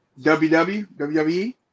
WWE